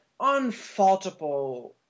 unfaultable